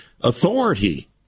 authority